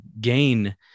gain